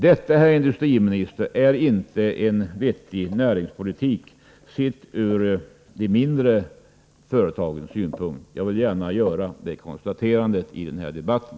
Detta, herr industriminister, är inte en vettig näringspolitik, sett från de mindre företagens synpunkt. Jag vill gärna göra det konstaterandet i den här debatten.